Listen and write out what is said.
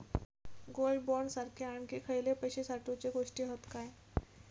Gold bond सारखे आणखी खयले पैशे साठवूचे गोष्टी हत काय?